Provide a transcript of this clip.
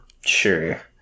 sure